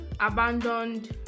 abandoned